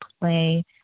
play